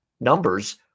numbers